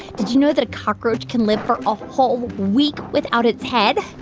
did you know that a cockroach can live for a whole week without its head?